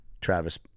Travis